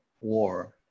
war